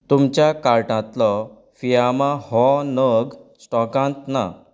तुमच्या कार्टांतलो Fiama gel bathing bar हो नग स्टॉकांत ना